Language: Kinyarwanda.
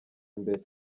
imbere